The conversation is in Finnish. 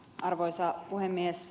arvoisa puhemies